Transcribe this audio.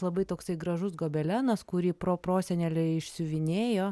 labai toksai gražus gobelenas kurį proprosenelė išsiuvinėjo